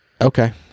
Okay